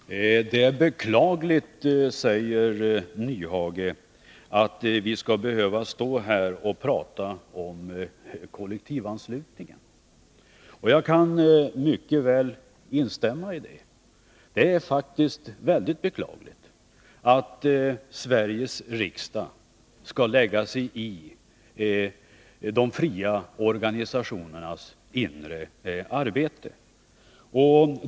Fru talman! Det är beklagligt, säger herr Nyhage, att vi skall behöva stå här och tala om kollektivanslutning. Jag kan mycket väl instämma i det. Det är faktiskt mycket beklagligt att Sveriges riksdag skall lägga sig i de fria organisationernas inre arbete.